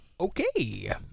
Okay